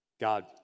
God